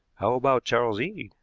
how about charles eade?